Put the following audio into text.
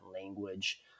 language